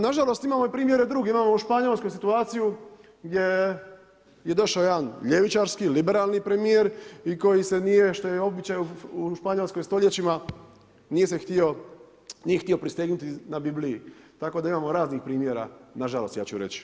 Nažalost imamo i primjere drugih, imamo u Španjolskoj situaciju gdje je došao jedan ljevičarski, liberalni premijer i koji se nije, što je običaj u Španjolskoj stoljećima, nije htio prisegnuti na Bibliji, tako da imamo raznih primjera, nažalost ja ću reći.